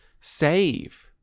save